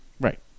Right